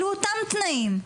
אלו אותם תנאים.